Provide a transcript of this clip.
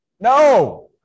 No